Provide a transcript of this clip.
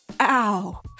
Ow